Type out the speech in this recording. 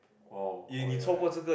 oh oh ya ya